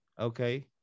Okay